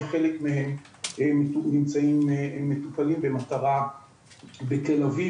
וחלק מהם מטופלים בתל אביב.